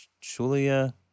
Julia